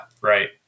right